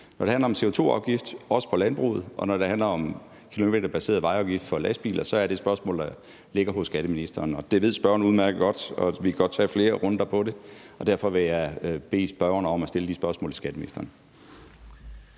Når det handler om CO2-afgift, også på landbruget, og når det handler om kilometerbaseret vejafgift for lastbiler, så er det et spørgsmål, der ligger hos skatteministeren – det ved spørgeren udmærket godt, og vi kan godt tage flere runder på det – og derfor vil jeg bede spørgeren om at stille de spørgsmål til skatteministeren.